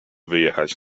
wyjechać